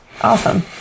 Awesome